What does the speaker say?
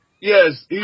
Yes